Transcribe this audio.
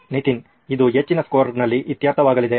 ನಿತಿನ್ ಇದು ಹೆಚ್ಚಿನ ಸ್ಕೋರ್ನಲ್ಲಿ ಇತ್ಯರ್ಥವಾಗಲಿದೆ